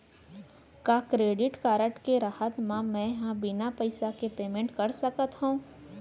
का credit card के रहत म, मैं ह बिना पइसा के पेमेंट कर सकत हो?